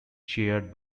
chaired